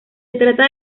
trata